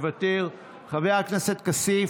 מוותר, חבר הכנסת כסיף,